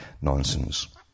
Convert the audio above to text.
nonsense